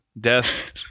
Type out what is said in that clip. Death